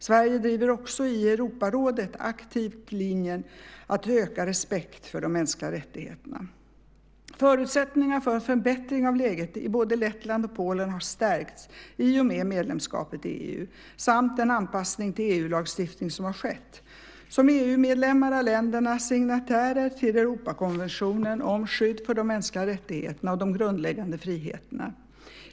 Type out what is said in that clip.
Sverige driver också i Europarådet aktivt linjen att öka respekten för de mänskliga rättigheterna. Förutsättningarna för en förbättring av läget i både Lettland och Polen har stärkts i och med medlemskapet i EU samt den anpassning till EU:s lagstiftning som har skett. Som EU medlemmar är länderna signatärer till Europakonventionen om skydd för de mänskliga rättigheterna och de grundläggande friheterna.